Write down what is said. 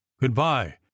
Goodbye